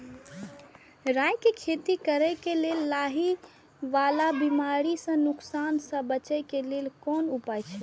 राय के खेती करे के लेल लाहि वाला बिमारी स नुकसान स बचे के लेल कोन उपाय छला?